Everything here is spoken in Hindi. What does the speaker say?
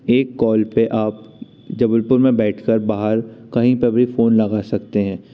एक कॉल पे आप जबलपुर में बैठ कर बाहर कहीं पे फोन लगा सकते हैं